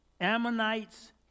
Ammonites